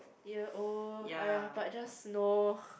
ya oh !aiya! but I just know